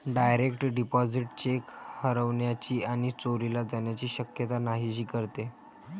direct deposit cheque हरवण्याची आणि चोरीला जाण्याची शक्यता नाहीशी करते